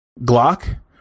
Glock